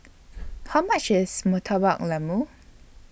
How much IS Murtabak Lembu